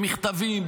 במכתבים,